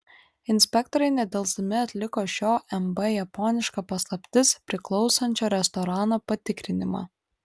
inspektoriai nedelsdami atliko šio mb japoniška paslaptis priklausančio restorano patikrinimą